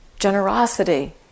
Generosity